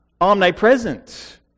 omnipresent